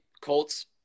Colts